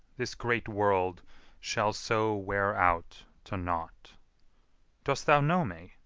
this great world shall so wear out to naught dost thou know me?